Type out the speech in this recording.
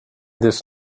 this